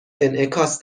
انعکاس